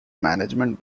management